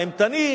האימתני,